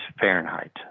Fahrenheit